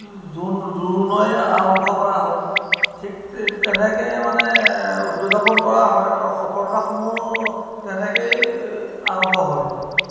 জোৰোণ জোৰোণেৰে আৰম্ভ কৰা হয় ঠিক তেনেকৈ মানে উদযাপন কৰা হয় আৰু সফলতাসমূহ তেনেকৈয়ে আৰম্ভ হয়